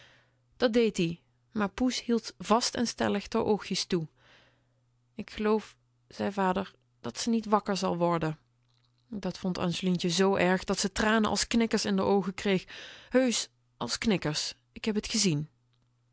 dat dee ie maar poes hield vast en stellig r oogjes toe ik geloof zei vader dat ze niet wakker zal worden dat vond angelientje z erg dat ze tranen als knikkers in r oogen kreeg heusch als knikkers ik heb ze gezien